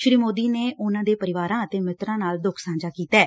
ਸ਼ੀ ਮੋਦੀ ਨੇ ਉਨੂਾਂ ਦੇ ਪਰਿਵਾਰਾਂ ਅਤੇ ਮਿੱਤਰਾਂ ਨਾਲ ਦੁਖ ਸਾਂਝਾ ਕੀਤੈ